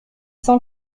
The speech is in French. cent